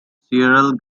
cereal